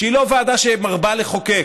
שהיא לא ועדה שמרבה לחוקק,